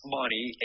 money